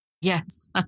Yes